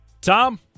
Tom